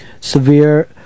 Severe